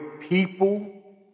people